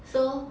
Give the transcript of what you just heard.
so